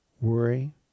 worry